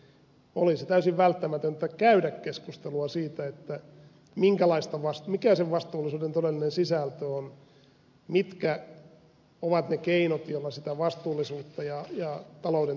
olisi täysin välttämätöntä käydä keskustelua siitä mikä sen vastuullisuuden todellinen sisältö on mitkä ovat ne keinot joilla sitä vastuullisuutta ja talouden tasapainoa lisätään